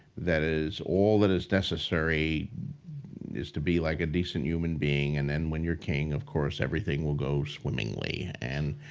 that is, all that is necessary is to be like a decent human being and then when you're king, of course, everything will go swimmingly. and